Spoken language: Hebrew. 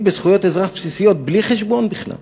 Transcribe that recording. בזכויות אזרח בסיסיות בלי חשבון בכלל,